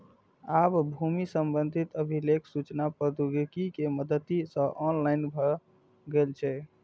आब भूमि संबंधी अभिलेख सूचना प्रौद्योगिकी के मदति सं ऑनलाइन भए गेल छै